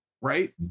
right